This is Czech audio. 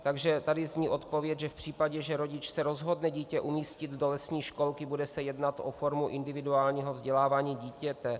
Takže tady zní odpověď, že v případě, že rodič se rozhodne umístit dítě do lesní školky, bude se jednat o formu individuálního vzdělávání dítěte.